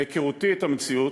מהיכרותי את המציאות,